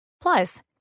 Plus